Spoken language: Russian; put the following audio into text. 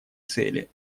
цели